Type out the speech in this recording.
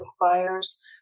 requires